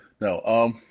no